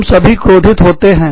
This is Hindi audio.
हम सभी क्रोधित होते हैं